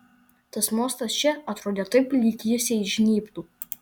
tas mostas čia atrodė taip lyg jis jai žnybtų